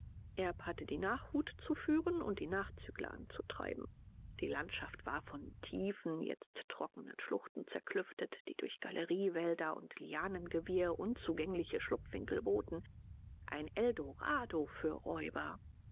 erb hatte die nachhut zu führen und die nachzügler anzutreiben die landschaft war von tiefen jetzt trocknen schluchten zerklüftet die durch galeriewälder und lianengewirr unzugängliche schlupfwinkel boten ein eldorado für räuber